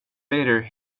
later